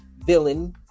villain